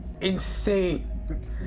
insane